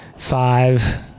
Five